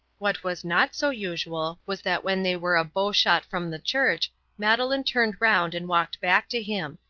what was not so usual was that when they were a bow-shot from the church madeleine turned round and walked back to him.